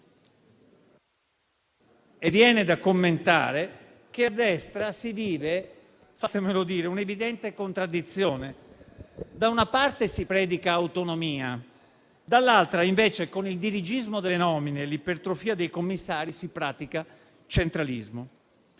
viene da commentare che a destra si vive - fatemelo dire - un'evidente contraddizione: da una parte, si predica autonomia; dall'altra, invece, con il dirigismo delle nomine e l'ipertrofia dei commissari, si pratica centralismo.